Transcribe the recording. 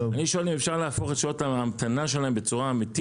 אני שואל האם אפשר להפוך את שעות ההמתנה שלהם בצורה אמיתית.